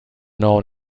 known